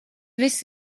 viss